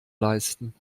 leisten